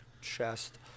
chest